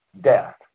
death